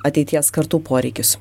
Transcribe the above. ateities kartų poreikius